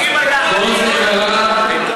אם אתה רוצה להגיד,